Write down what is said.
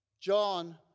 John